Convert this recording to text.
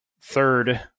third